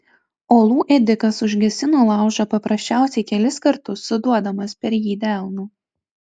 uolų ėdikas užgesino laužą paprasčiausiai kelis kartus suduodamas per jį delnu